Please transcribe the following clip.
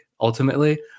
ultimately